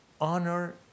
honor